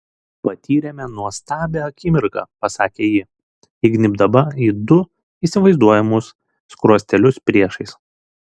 patyrėme nuostabią akimirką pasakė ji įgnybdama į du įsivaizduojamus skruostelius priešais